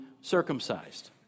circumcised